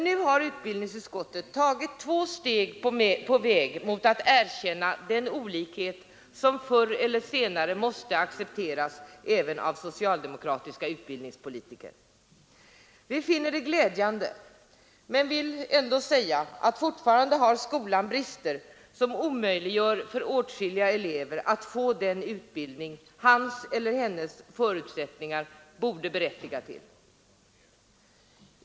Nu har utskottet tagit två steg på väg mot att erkänna den olikhet som förr eller senare måste accepteras även av socialdemokratiska utbildningspolitiker. Vi finner detta glädjande men vill ändå säga, att fortfarande har skolan brister som omöjliggör för åtskilliga elever att få den utbildning hans eller hennes förutsättningar borde berättiga till.